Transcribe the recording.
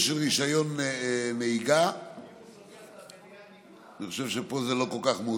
אני יכול להגיד,